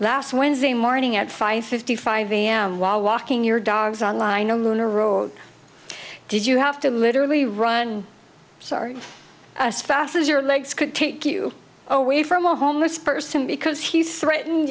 last wednesday morning at five fifty five a m while walking your dogs on line alluna wrote did you have to literally run sorry asses your legs could take you away from a homeless person because he's threatened